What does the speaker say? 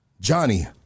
Johnny